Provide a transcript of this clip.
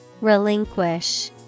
Relinquish